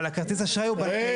אבל כרטיס האשראי הוא בנקאי.